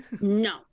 no